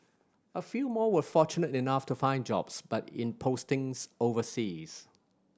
a few more were fortunate enough to find jobs but in postings overseas